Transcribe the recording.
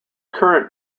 current